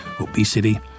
Obesity